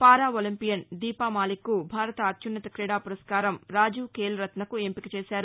పారా Olympian Deepa మాలిక్కు భారత అత్యున్నత క్రీడా పురస్కారం రాజీవ్ ఖేల్రత్నకు ఎంపిక చేశారు